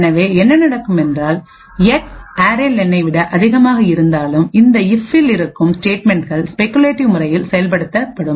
எனவே என்ன நடக்கும் என்றால் எக்ஸ்அரே லெனைarray len விட அதிகமாக இருந்தாலும்இந்த இப்பில் இருக்கும் ஸ்டேட்மென்ட்கள் ஸ்பெகுலேட்டிவ் முறையில் செயல்படுத்தப்படும்